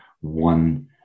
one